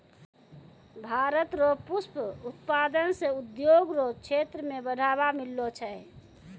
भारत रो पुष्प उत्पादन से उद्योग रो क्षेत्र मे बढ़ावा मिललो छै